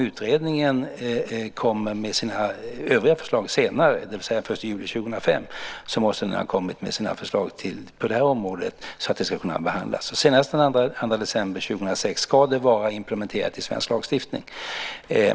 Utredningen måste ha kommit med sina förslag på det här området senast den 1 juli 2005 så att de ska kunna behandlas. Senast den 2 december 2006 ska direktivet vara implementerat i svensk lagstiftning.